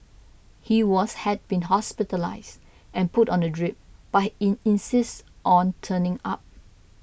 he was had been hospitalised and put on a drip but he in insisted on turning up